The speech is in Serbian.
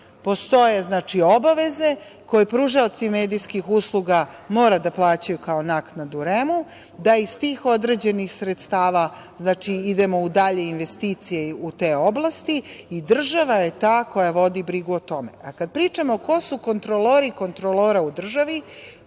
postoje obaveze koje pružaoci medijskih usluga mora da plaćaju kao naknadu REM-u, da iz tih određenih sredstava idemo u dalje investicije u te oblasti i država je ta koja vodi brigu o tome. Kada pričamo ko su kontrolori kontrolora u državi,